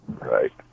Right